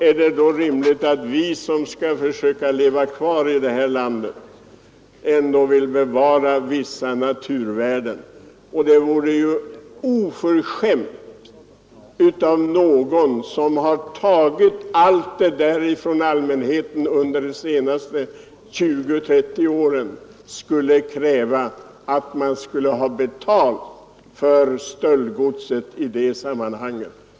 Är det då inte rimligt att vi som skall försöka leva kvar i det här landet vill bevara vissa naturvärden? Det vore oförskämt om någon som har tagit allt detta från allmänheten under de senaste 20—30 åren skulle kräva betalt för stöldgodset.